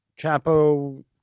Chapo